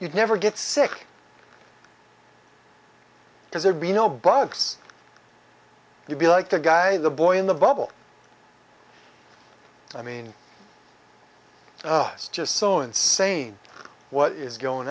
you'd never get sick because there'd be no bugs you'd be like the guy the boy in the bubble i mean it's just so insane what is going